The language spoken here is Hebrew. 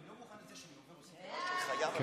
אני לא מוכן שיעשו לי קולות של חיה.